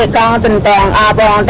but baa um and baa ah baa